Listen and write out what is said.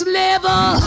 level